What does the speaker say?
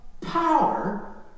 power